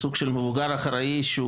סוג של מבוגר אחראי,